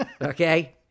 Okay